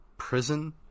Prison